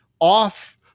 off